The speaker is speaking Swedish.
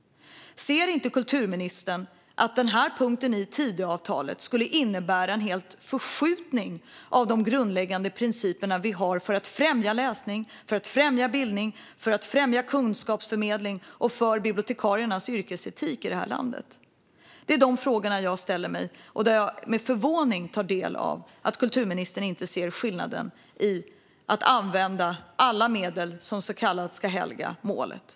Ser inte kulturministern att den här punkten i Tidöavtalet skulle innebära en förskjutning av de grundläggande principer vi har för att främja läsning, bildning och kunskapsförmedling och för bibliotekariernas yrkesetik i det här landet? Det är de frågor jag ställer mig. Jag tar med förvåning del av att kulturministern inte ser detta utan låter ändamålet helga medlen.